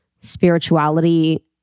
spirituality